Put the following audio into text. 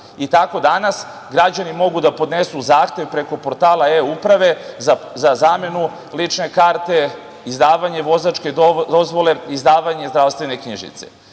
prava. Tako danas građani mogu da podnesu zahtev preko portala eUprave za zamenu lične karte, izdavanje vozačke dozvole, izdavanje zdravstvene